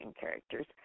characters